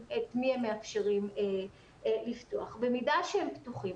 את מי הם מאפשרים לפתוח במידה שהם פתוחים.